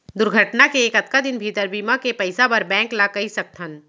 दुर्घटना के कतका दिन भीतर बीमा के पइसा बर बैंक ल कई सकथन?